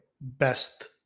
best